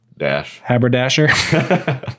Haberdasher